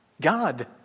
God